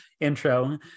intro